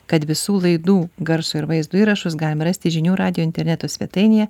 kad visų laidų garso ir vaizdo įrašus galima rasti žinių radijo interneto svetainėje